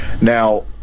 Now